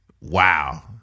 Wow